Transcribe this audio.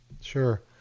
Sure